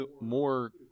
more